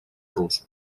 rus